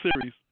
Series